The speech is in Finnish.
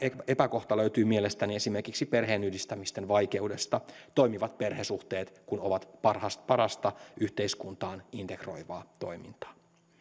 epäkohta löytyy mielestäni esimerkiksi perheenyhdistämisten vaikeudesta toimivat perhesuhteet kun ovat parasta yhteiskuntaan integroivaa toimintaa